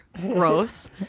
gross